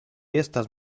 estas